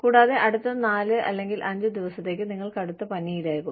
കൂടാതെ അടുത്ത 4 അല്ലെങ്കിൽ 5 ദിവസത്തേക്ക് നിങ്ങൾ കടുത്ത പനിയിലാണ്